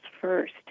first